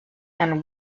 and